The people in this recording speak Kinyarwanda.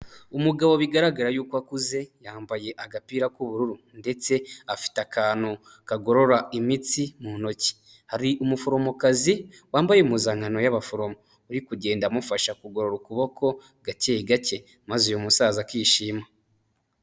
Umugabo bigaragara yuko akuze yambaye agapira k'ubururu ndetse afite akantu kagorora imitsi mu ntoki, hari umuforomokazi wambaye impuzankan y'abaforomo uri kugenda amufasha kugorora ukuboko gake gake maze uyu musaza akishima.